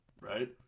right